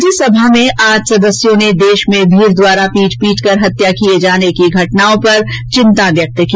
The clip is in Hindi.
राज्यसभा में आज सदस्यों ने देश में भीड़ द्वारा पीट पीट कर हत्या किये जाने की घटनाओं पर चिन्ता व्यक्त की